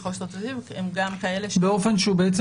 חוק יסודות התקציב הם גם כאלה --- באופן שבעצם